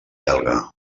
belga